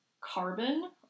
carbon